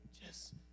Yes